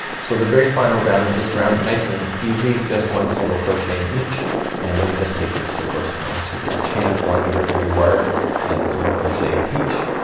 so the very final round of this round nice and easy. just one single crochet in each and let me just take you to the first corner. so just chain up one right where you are and single crochet in each.